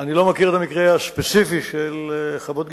אני לא מכיר את המקרה הספציפי של חוות-גלעד.